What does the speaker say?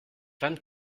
vingt